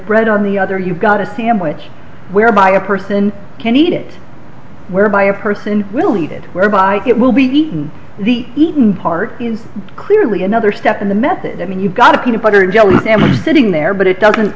bread on the other you've got a sandwich whereby a person can eat it whereby a person will eat it whereby it will be eaten the eaten part is clearly another step in the method i mean you've got a peanut butter and jelly sandwich sitting there but it doesn't